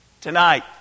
Tonight